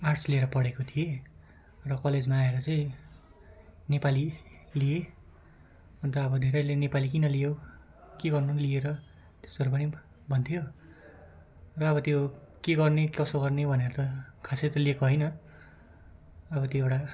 arts लिएर पढेको थिएँ र कलेजमा आएर चाहिँ नेपाली लिएँ अन्त अब धेरैले नेपाली किन लियौ के गर्नु लिएर त्यस्तोहरू पनि भन्थ्यो र अब त्यो के गर्ने कसो गर्ने भनेर त खासै त लिएको होइन अब त्यो एउटा